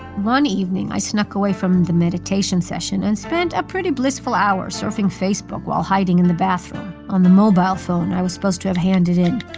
one evening, i snuck away from the meditation session and spent a pretty blissful hour surfing facebook while hiding in the bathroom on the mobile phone i was supposed to have handed in,